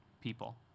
people